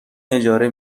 اجاره